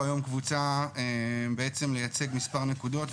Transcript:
היום קבוצה בעצם לייצג מספר נקודות,